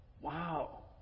wow